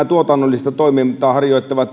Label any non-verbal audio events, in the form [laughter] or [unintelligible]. [unintelligible] tuotannollista toimintaa harjoittavia